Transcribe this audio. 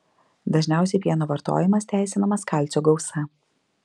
dažniausiai pieno vartojamas teisinamas kalcio gausa